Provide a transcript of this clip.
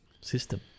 system